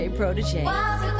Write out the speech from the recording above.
protege